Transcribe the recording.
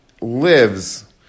lives